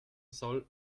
soll